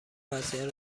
وضعیت